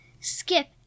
Skip